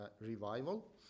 revival